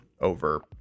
over